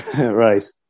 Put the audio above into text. Right